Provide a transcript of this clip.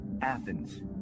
Athens